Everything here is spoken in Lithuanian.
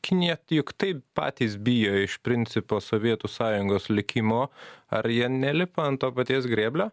kinija juk taip patys bijo iš principo sovietų sąjungos likimo ar jie nelipa ant to paties grėblio